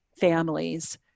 families